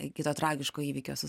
iki to tragiško įvykio su